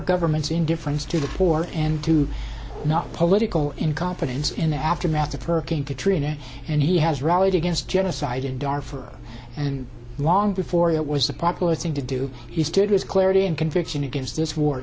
government's indifference to the poor and to not political incompetence in the aftermath of hurricane katrina and he has rallied against genocide in dar for and long before it was a popular thing to do he stood his clarity and conviction against this war